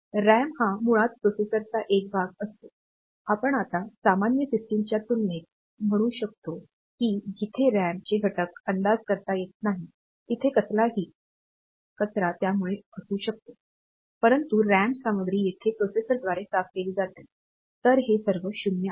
RAM हा मुळात प्रोसेसरचा एक भाग असतो आपण आता सामान्य सिस्टमच्या तुलनेत म्हणू शकतोकी जिथे रॅम चे घटक अंदाज करता येत नाहीत तिथे कसलाही कचरा त्यामध्ये असू शकतो परंतु रॅम सामग्री येथे प्रोसेसरद्वारे साफ केली जाते तर हे सर्व 0 आहे